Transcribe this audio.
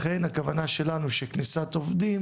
לכן הכוונה שלנו שכניסת עובדים